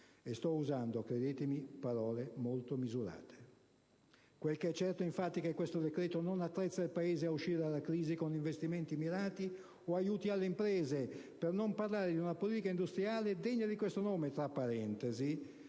(e sto usando, credetemi, parole molto misurate). Quel che è certo, infatti, è che questo decreto non attrezza il Paese a uscire dalla crisi con investimenti mirati o aiuti alle imprese, per non parlare di una politica industriale degna di questo nome (per inciso,